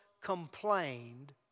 complained